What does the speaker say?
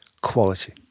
quality